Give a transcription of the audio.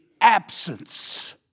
absence